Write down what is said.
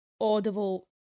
audible